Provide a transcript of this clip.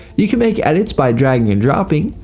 you can make edits by dragging and dropping.